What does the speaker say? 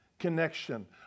connection